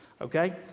Okay